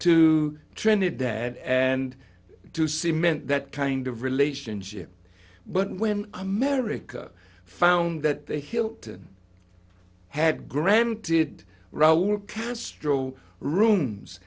to trinidad and to cement that kind of relationship but when america found that the hilton had granted raul castro rooms